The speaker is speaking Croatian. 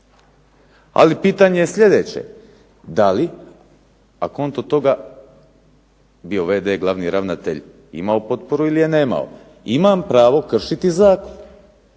Ali pitanje je sljedeće, da li a konto toga bio v.d. glavni ravnatelj imao potporu ili je nemao, imam pravo kršiti zakon.